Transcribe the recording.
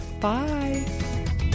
Bye